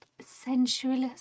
sensualist